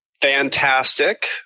Fantastic